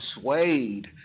swayed